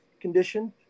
condition